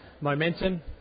momentum